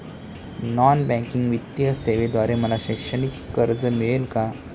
Non banking वित्तीय सेवेद्वारे मला शैक्षणिक कर्ज मिळेल का?